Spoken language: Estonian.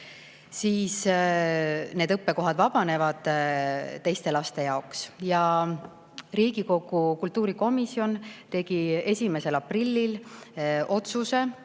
siis need õppekohad vabanevad teiste laste jaoks. Riigikogu kultuurikomisjon tegi 1. aprillil